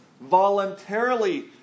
voluntarily